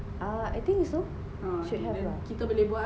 err I think so should have ah